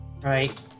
right